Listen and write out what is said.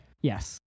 Yes